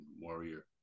warrior